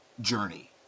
journey